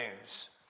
news